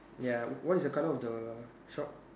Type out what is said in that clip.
ya what is the colour of the shop